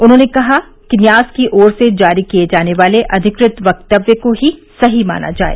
उन्होंने कहा कि न्यास की ओर से जारी किए जाने वाले अधिकृत वक्तव्य को ही सही माना जाए